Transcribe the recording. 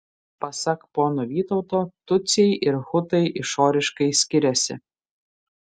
pasak pono vytauto tutsiai ir hutai išoriškai skiriasi